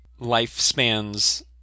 lifespans